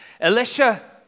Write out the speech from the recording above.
Elisha